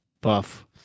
buff